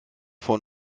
von